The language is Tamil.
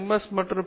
எஸ் மற்றும் பி